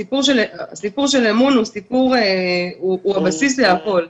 הסיפור של אמון הוא הבסיס לכול.